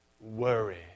worry